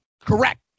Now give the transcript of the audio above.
Correct